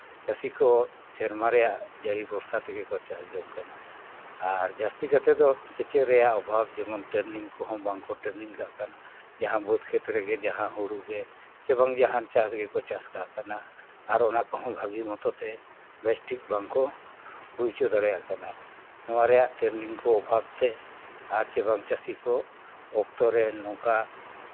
ᱪᱟᱹᱥᱤ ᱠᱚ ᱥᱮᱨᱢᱟ ᱨᱮᱭᱟᱜ ᱡᱟᱹᱲᱤ ᱵᱷᱚᱨᱥᱟ ᱛᱮᱜᱮ ᱠᱚ ᱪᱟᱥ ᱡᱚᱝ ᱠᱟᱱᱟ ᱟᱨ ᱡᱟᱹᱥᱛᱤ ᱠᱟᱛᱮᱫ ᱫᱚ ᱥᱮᱪᱮᱫ ᱨᱮᱭᱟᱜ ᱚᱵᱷᱟᱵᱽ ᱡᱮᱢᱚᱱ ᱴᱨᱮᱱᱤᱝ ᱠᱚᱦᱚᱸ ᱵᱟᱝᱠᱚ ᱴᱨᱮᱱᱤᱝ ᱠᱟᱜ ᱠᱟᱱᱟ ᱡᱟᱦᱟᱸ ᱵᱟᱹᱫᱽ ᱠᱷᱮᱛ ᱨᱮᱜᱮ ᱡᱟᱦᱟᱸ ᱦᱩᱲᱩ ᱜᱮ ᱪᱮ ᱵᱟᱝ ᱡᱟᱦᱟᱱ ᱪᱟ ᱜᱮᱠᱚ ᱪᱟᱥ ᱠᱟᱜ ᱠᱟᱱᱟ ᱟᱨ ᱚᱱᱟ ᱠᱚᱦᱚᱸ ᱵᱷᱟᱹᱜᱤ ᱢᱚᱛᱚ ᱛᱮ ᱵᱮᱥ ᱴᱷᱤᱠ ᱵᱟᱝ ᱠᱚ ᱦᱩᱭ ᱦᱚᱪᱚ ᱫᱟᱲᱮᱭᱟᱜ ᱠᱟᱱᱟ ᱱᱚᱣᱟ ᱨᱮᱭᱟᱜ ᱴᱨᱮᱱᱤᱝ ᱠᱚ ᱚᱵᱷᱟᱵᱽ ᱛᱮ ᱟᱨ ᱪᱮ ᱵᱟᱝ ᱪᱟᱹᱥᱤ ᱠᱚ ᱚᱠᱛᱚ ᱨᱮ ᱱᱚᱝᱠᱟ